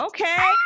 Okay